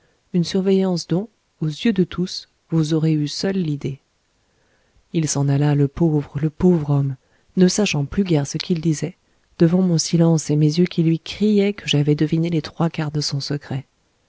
une surveillance dont aux yeux de tous vous aurez eu seul l'idée il s'en alla le pauvre le pauvre homme ne sachant plus guère ce qu'il disait devant mon silence et mes yeux qui lui criaient que j'avais deviné les trois quarts de son secret